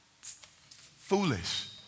Foolish